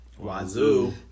wazoo